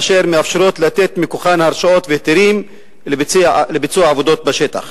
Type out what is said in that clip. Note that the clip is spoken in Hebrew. אשר מאפשרות לתת מכוחן הרשאות והיתרים לביצוע עבודות בשטח.